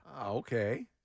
Okay